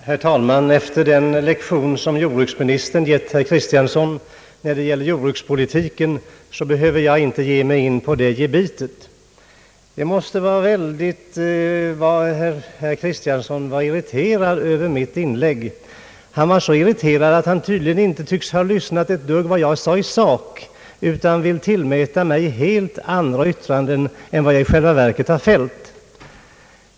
Herr talman! Efter den lektion som jordbruksministern gett herr Kristiansson om jordbrukspolitiken behöver jag inte ge mig in på det gebitet. Herr Kristiansson var väldigt irriterad över mitt inlägg. Han var så irriterad att han tydligen inte lyssnat ett dugg till vad jag sade i sak, utan vill tillskriva mig helt andra yttranden än jag i själva verket har fällt.